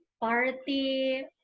party